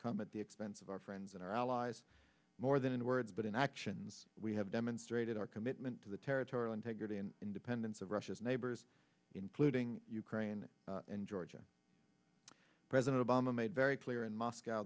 come at the expense of our friends and our allies more than in words but in actions we have demonstrated our commitment to the territorial integrity and independence of russia's neighbors including ukraine and georgia president obama made very clear in moscow